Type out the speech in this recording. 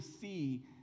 see